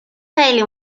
خیلی